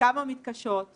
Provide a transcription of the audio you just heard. וכמה מתקשות.